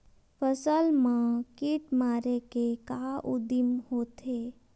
फसल मा कीट मारे के का उदिम होथे?